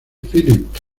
phillips